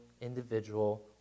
individual